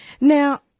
Now